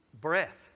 breath